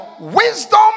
wisdom